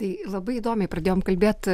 tai labai įdomiai pradėjom kalbėt